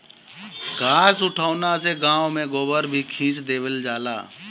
घास उठौना से गाँव में गोबर भी खींच देवल जाला